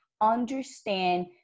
understand